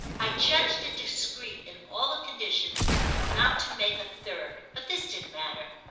i judged it discreet in all the conditions not to make a third but this didn't matter,